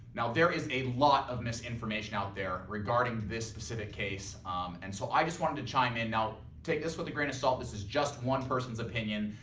now there is a lot of misinformation out there regarding this specific case and so i just wanted to chime in, now take this with a grain of salt, this is just one person's opinion.